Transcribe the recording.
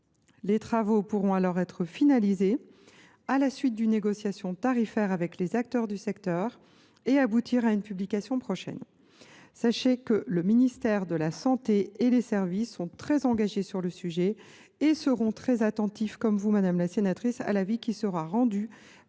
Les travaux pourront alors être finalisés à la suite d’une négociation tarifaire avec les acteurs du secteur et aboutir à une publication prochaine. Sachez que le ministère de la santé et ses services sont très engagés sur le sujet. Comme vous, ils seront très attentifs à l’avis qui sera rendu